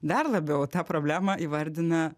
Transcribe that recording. dar labiau tą problemą įvardina